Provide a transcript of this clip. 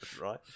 Right